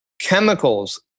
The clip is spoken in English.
chemicals